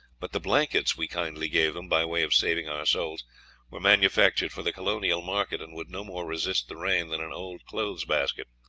but the blankets we kindly gave them by way of saving our souls were manufactured for the colonial market, and would no more resist the rain than an old clothes-basket.